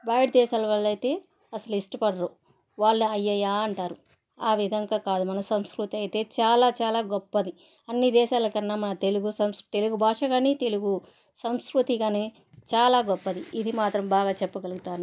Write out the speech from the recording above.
బయట దేశాల వాళ్లు అయితే అసలు ఇష్టపడరు వాళ్లు అయ్యాయా అంటారు ఆ విధంగా కాదు మన సంస్కృతి అయితే చాలా చాలా గొప్పది అన్ని దేశాల కన్నా మన తెలుగు సాంస్కృ తెలుగు భాష కానీ మన తెలుగు మన సంస్కృతి కానీ చాలా గొప్పది ఇది మాత్రం బాగా చెప్పగలుగుతాను